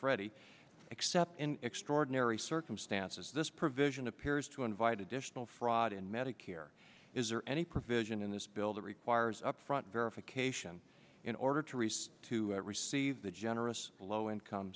freddie except in extraordinary circumstances this provision appears to invite additional fraud in medicare is there any provision in this bill that requires upfront verification in order to receive to receive the generous low income